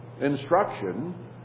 instruction